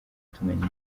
utunganya